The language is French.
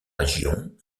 région